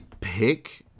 pick